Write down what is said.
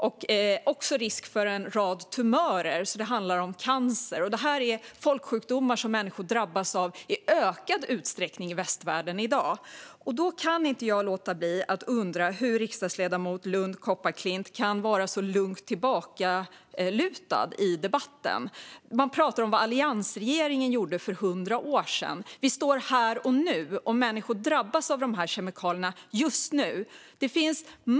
Det finns även risk för en rad olika tumörer, som ju handlar om cancer. Det här är folksjukdomar som människor i västvärlden drabbas av i ökad utsträckning i dag. Jag kan därför inte låta bli att undra hur riksdagsledamoten Marléne Lund Kopparklint kan vara så lugnt tillbakalutad i debatten. Hon talar om vad alliansregeringen gjorde för hundra år sedan. Vi står här och nu, och människor drabbas av dessa kemikalier just nu.